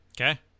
Okay